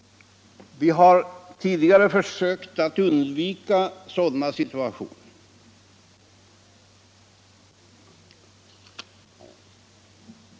Vi har tidigare försökt undvika en sådan situation.